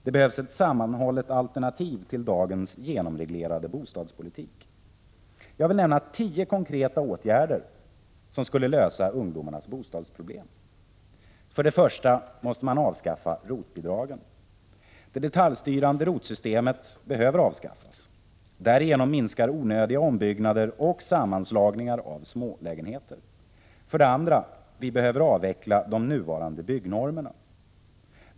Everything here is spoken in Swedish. Det behövs ett sammanhållet alternativ till dagens genomreglerade bostadspolitik. Jag vill nämna tio konkreta åtgärder som skulle lösa ungdomarnas bostadsproblem: 1. Man måste avskaffa ROT-bidragen. Det detaljstyrande ROT-systemet behöver avskaffas. Därigenom minskar onödiga ombyggnader och sammanslagningar av smålägenheter. 2. Vi behöver avveckla de nuvarande byggnormerna.